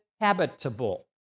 habitable